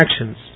actions